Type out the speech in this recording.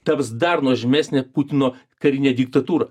taps dar nuožmesnė putino karinė diktatūra